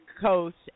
Coast